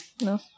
No